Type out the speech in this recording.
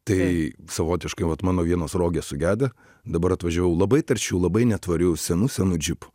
tai savotiškai vat mano vienos rogės sugedę dabar atvažiavau labai taršiu labai netvariu senu senu džipu